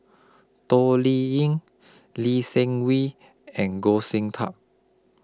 Toh Liying Lee Seng Wee and Goh Sin Tub